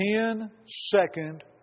ten-second